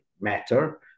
matter